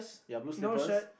ya blue slippers